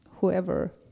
whoever